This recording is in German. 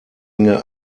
enge